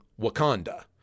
Wakanda